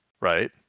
right